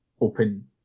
open